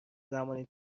زمانی